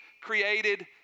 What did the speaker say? created